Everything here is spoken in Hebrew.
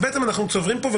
אנחנו צוברים פה,